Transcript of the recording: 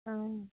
ആ